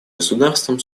государством